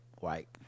white